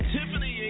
Tiffany